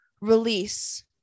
release